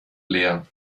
leer